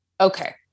okay